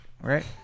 Right